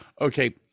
Okay